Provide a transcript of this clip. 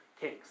kings